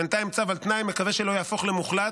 בינתיים צו על תנאי, מקווה שלא יהפוך למוחלט,